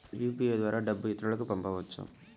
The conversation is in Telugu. యూ.పీ.ఐ ద్వారా డబ్బు ఇతరులకు పంపవచ్చ?